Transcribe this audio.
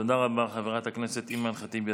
תודה רבה לחברת הכנסת אימאן ח'טיב יאסין.